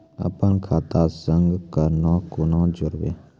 अपन खाता संग ककरो कूना जोडवै?